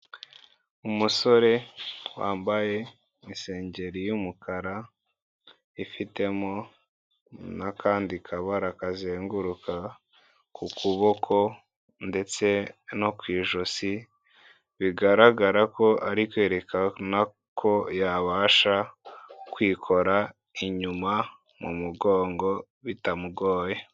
Umusore wambaye isengeri y'umukara ifitemo n'akandi kabara kazenguruka ku kuboko ndetse no ku ijosi, bigaragara ko ari kwerekana ko yabasha kwikora inyuma mu mugongo bitamugoye.